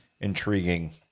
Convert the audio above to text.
Intriguing